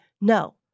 No